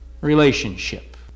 relationship